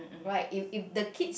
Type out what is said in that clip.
right if if the kids